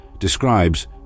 describes